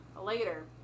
later